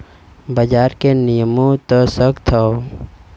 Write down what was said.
बाजार के नियमों त सख्त हौ